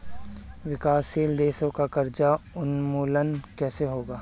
विकासशील देशों का कर्ज उन्मूलन कैसे होगा?